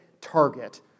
target